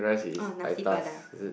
or Nasi-Padang